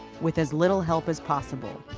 with as little help as possible,